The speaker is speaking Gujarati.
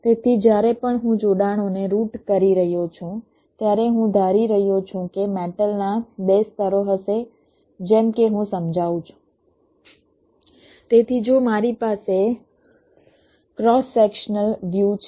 તેથી જ્યારે પણ હું જોડાણોને રૂટ કરી રહ્યો છું ત્યારે હું ધારી રહ્યો છું કે મેટલના 2 સ્તરો હશે જેમ કે હું સમજાવું છું તેથી જો મારી પાસે ક્રોસ સેક્શનલ વ્યુ છે